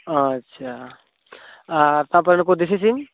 ᱟᱪᱪᱷᱟ ᱟᱨ ᱛᱟᱯᱚᱨᱮ ᱱᱩᱠᱩ ᱫᱮᱥᱤ ᱥᱤᱢ